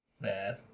Man